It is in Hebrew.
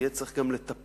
יהיה צריך גם לטפח,